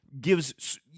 gives